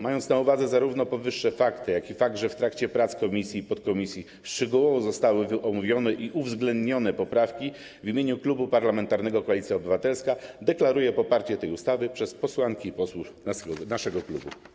Mając na uwadze zarówno powyższe fakty, jak i fakt, że w trakcie prac komisji i podkomisji zostały szczegółowo omówione i uwzględnione poprawki, w imieniu Klubu Parlamentarnego Koalicja Obywatelska deklaruję poparcie tej ustawy przez posłanki i posłów naszego klubu.